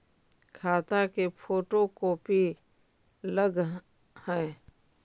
खाता के photo copy लगहै?